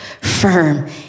firm